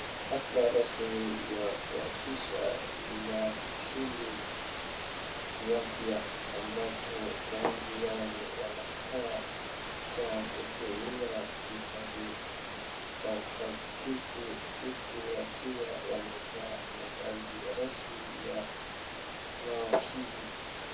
Hafla rasmi ya kuapisha mawakili wapya ambapo baadhi wao wanafaa kwa kutumia vitabu vitakatifu huku wakiwa wamevaa mavazi ya rasmi ya mawakili.